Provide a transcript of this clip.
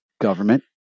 Government